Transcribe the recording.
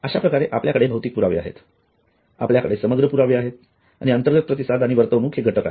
अश्याप्रकारे आपल्याकडे भौतिक पुरावे आहेत आपल्याकडे समग्र पुरावे आणि अंतर्गत प्रतिसाद आणि वर्तवणूक हे घटक आहेत